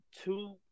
two